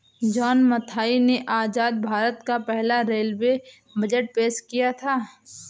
John Mathai ने आजाद भारत का पहला रेलवे बजट पेश किया था